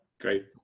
great